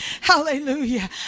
Hallelujah